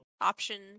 option